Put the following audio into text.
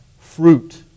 fruit